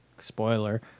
spoiler